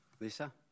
Lisa